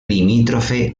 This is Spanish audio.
limítrofe